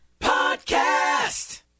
Podcast